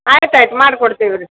ಆಯ್ತು ಆಯ್ತು ಮಾಡಿ ಕೊಡ್ತೀವಿ ರೀ